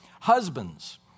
Husbands